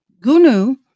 Gunu